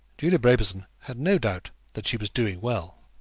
julia brabazon had no doubt that she was doing well.